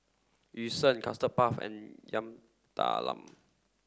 Yu Sheng Custard Puff and Yam Talam